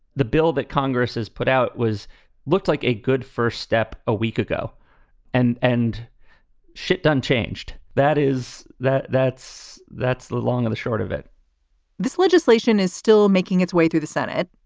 the bill that congress has put out was looks like a good first step. a week ago and and shit done changed that. is that that's that's long of the short of it this legislation is still making its way through the senate,